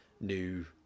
new